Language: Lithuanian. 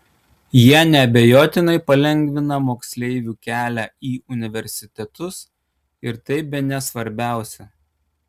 jie neabejotinai palengvina moksleivių kelią į universitetus ir tai bene svarbiausia